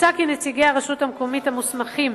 "מוצע כי נציגי הרשות המקומית המוסמכים